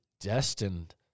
destined